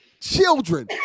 children